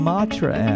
Matra